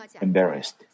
embarrassed